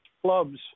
clubs